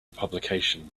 publication